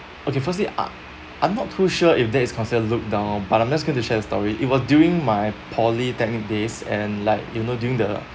okay firstly I I'm not too sure if that is consider look down but I'm just going to share a story it was during my polytechnic days and like you know during the